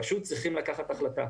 פשוט צריך לקבל החלטה.